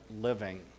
living